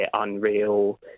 unreal